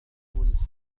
الحرب